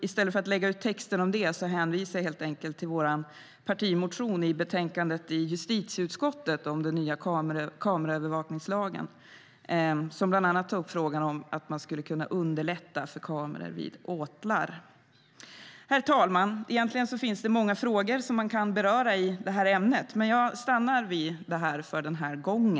I stället för att lägga ut texten om det hänvisar jag helt enkelt till vår partimotion i betänkandet från justitieutskottet om den nya kameraövervakningslagen. Där tas bland annat frågan upp om att man skulle kunna underlätta för kameror vid åtlar. Herr talman! Egentligen finns det många frågor som man kan beröra i ämnet, men jag stannar vid detta för denna gång.